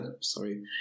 Sorry